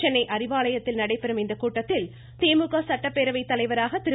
சென்னை அறிவாலயத்தில் நடைபெறும் இந்த கூட்டத்தில் திமுக சட்டப்பேரவை தலைவராக திரு